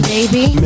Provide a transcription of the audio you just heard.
Baby